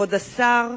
כבוד השר,